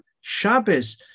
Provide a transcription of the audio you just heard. Shabbos